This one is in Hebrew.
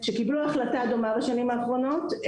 שקיבלו החלטה דומה בשנים האחרונות.